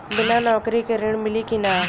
बिना नौकरी के ऋण मिली कि ना?